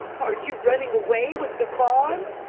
are you running away with the farm?